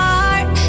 heart